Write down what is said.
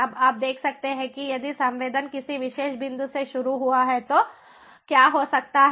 अब आप देखते हैं कि यदि संवेदन किसी विशेष बिंदु से शुरू हुआ हो तो क्या हो सकता है